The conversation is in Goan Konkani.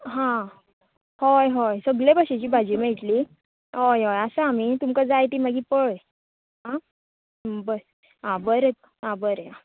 हां हय हय सगळे भशेची भाजी मेळटली हय हय आसा आमी तुमकां जाय ती मागीर पळय आं अं आं बरें आं बरें आं